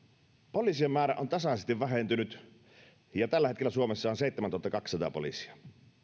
poliisien määrä on tasaisesti vähentynyt ja tällä hetkellä suomessa on seitsemäntuhattakaksisataa poliisia